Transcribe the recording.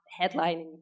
headlining